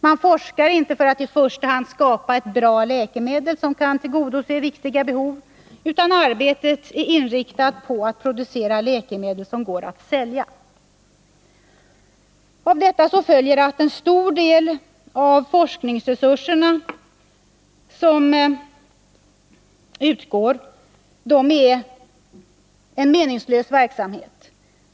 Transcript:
Man forskar inte för att i första hand skapa ett bra läkemedel som kan tillgodose viktiga behov, utan arbetet är inriktat på att producera 95 läkemedel som går att sälja. Av detta följer att en stor del av forskningsresurserna upptas av en helt meningslös verksamhet.